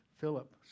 Philip